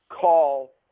call